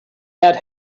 had